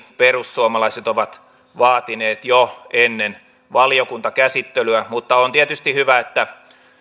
perussuomalaiset ovat vaatineet jo ennen valiokuntakäsittelyä mutta on tietysti hyvä että